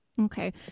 Okay